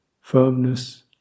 firmness